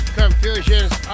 confusions